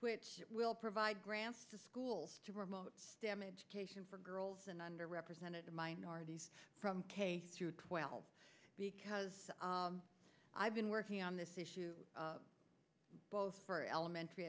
which will provide grants to schools to remote damaged cation for girls and under represented minorities from k through twelve because i've been working on this issue both for elementary